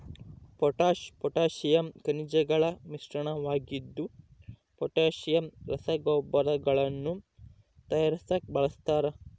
potash potassium ಖನಿಜಗಳ ಮಿಶ್ರಣವಾಗಿದ್ದು potassium ರಸಗೊಬ್ಬರಗಳನ್ನು ತಯಾರಿಸಾಕ ಬಳಸ್ತಾರ